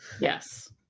Yes